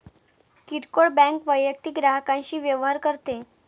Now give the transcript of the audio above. किरकोळ बँक वैयक्तिक ग्राहकांशी व्यवहार करते